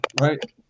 Right